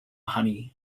honey